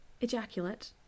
ejaculate